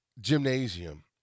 gymnasium